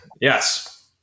Yes